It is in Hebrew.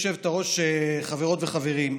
גברתי היושבת-ראש, חברות וחברים,